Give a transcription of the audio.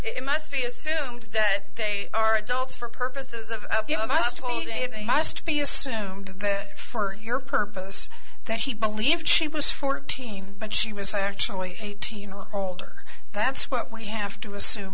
it must be assumed that they are adults for purposes of must only have they must be assumed for your purpose that he believed she was fourteen but she was actually eighteen or older that's what we have to assume